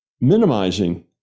minimizing